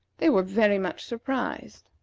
they were very much surprised.